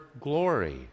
glory